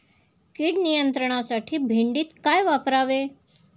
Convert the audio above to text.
कीड नियंत्रणासाठी भेंडीत काय वापरावे?